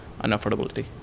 unaffordability